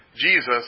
Jesus